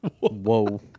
whoa